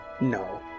No